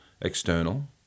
external